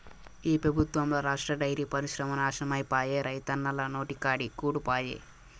ఈ పెబుత్వంల రాష్ట్ర డైరీ పరిశ్రమ నాశనమైపాయే, రైతన్నల నోటికాడి కూడు పాయె